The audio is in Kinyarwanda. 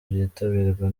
byitabirwa